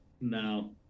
No